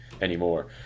anymore